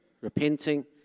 repenting